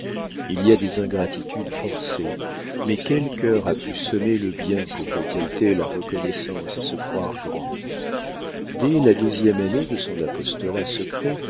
il y a des ingratitudes forcées mais quel cœur a pu semer le bien pour récolter la reconnaissance et se croire grand dès la deuxième année de son apostolat secret